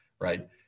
right